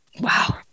Wow